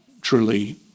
truly